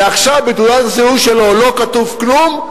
ועכשיו בתעודת הזהות שלו לא כתוב כלום,